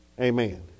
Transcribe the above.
Amen